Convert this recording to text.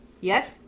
Yes